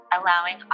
Allowing